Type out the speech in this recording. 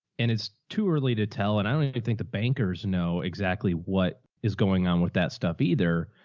and it's too early to tell. and i don't even think the bankers know exactly what is going on with that stuff either.